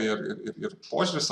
ir ir ir požiūris